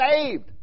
saved